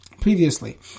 previously